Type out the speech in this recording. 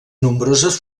nombroses